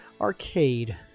arcade